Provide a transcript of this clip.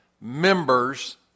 members